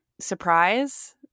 surprise